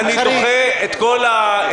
חברים, אני רוצה שתבינו את הסיטואציה: